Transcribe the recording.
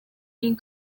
این